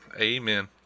Amen